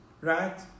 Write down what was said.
right